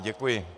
Děkuji.